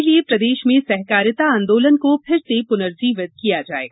इसलिए प्रदेश में सहकारिता आंदोलन को पुनः पुनर्जीवित किया जाएगा